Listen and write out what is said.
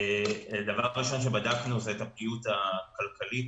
הדבר הראשון שבדקנו זה את הפגיעות הכלכלית.